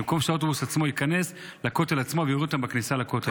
במקום שהאוטובוס ייכנס לכותל עצמו ויוריד אותם בכניסה לכותל.